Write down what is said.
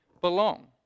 belong